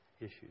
issues